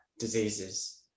diseases